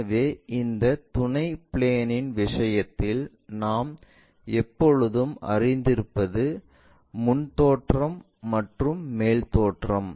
எனவே இந்த துணை பிளேன் இன் விஷயத்தில் நாம் எப்போதும் அறிந்திருப்பது முன் தோற்றம் மற்றும் மேல் தோற்றம்